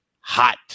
hot